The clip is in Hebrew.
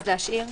להשאיר.